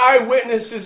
eyewitnesses